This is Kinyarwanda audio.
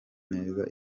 neza